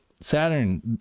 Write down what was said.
Saturn